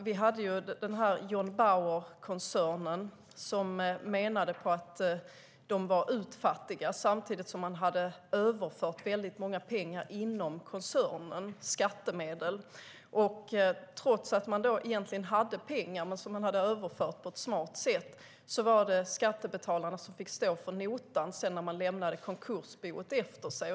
Vi hade även John Bauer-koncernen, som menade att de var utfattiga. De hade dock överfört väldigt mycket pengar - skattemedel - inom koncernen. Trots att man egentligen hade pengar, som man överfört på ett smart sätt, var det skattebetalarna som fick stå för notan när man sedan lämnade konkursboet efter sig.